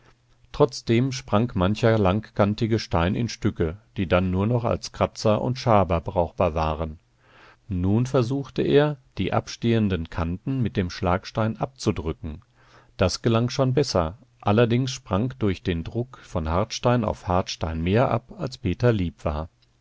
trotzdem sprang mancher langkantige stein in stücke die dann nur noch als kratzer und schaber brauchbar waren nun versuchte er die abstehenden kanten mit dem schlagstein abzudrücken das gelang schon besser allerdings sprang durch den druck von hartstein auf hartstein mehr ab als peter lieb war